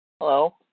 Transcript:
Hello